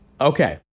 Okay